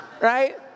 right